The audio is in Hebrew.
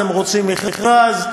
הם רוצים מכרז,